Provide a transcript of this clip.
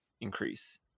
increase